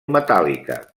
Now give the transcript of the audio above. metàl·lica